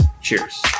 Cheers